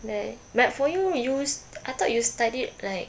then but for you you I thought you studied like